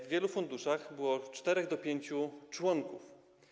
W wielu funduszach było od czterech do pięciu członków.